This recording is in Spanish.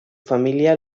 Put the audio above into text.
familia